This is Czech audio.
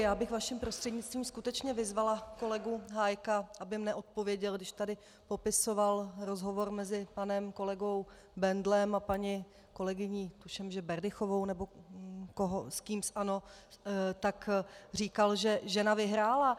Já bych vaším prostřednictvím skutečně vyzvala kolegu Hájka, aby mně odpověděl, když tady popisoval rozhovor mezi panem kolegou Bendlem a paní kolegyní tuším Berdychovou nebo kým z ANO, tak říkal, že žena vyhrála.